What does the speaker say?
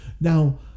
now